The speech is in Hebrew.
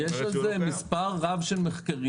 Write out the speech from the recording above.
יש על זה מספר רב של מחקרים.